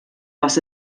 was